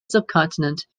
subcontinent